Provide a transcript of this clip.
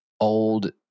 old